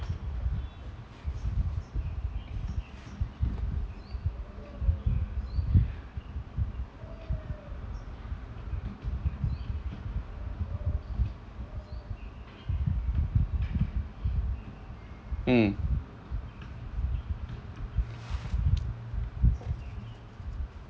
mm